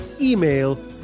email